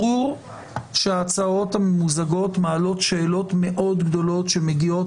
ברור שההצעות הממוזגות מעלות שאלות מאוד גדולות שמגיעות